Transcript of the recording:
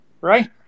right